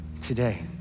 today